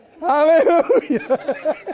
Hallelujah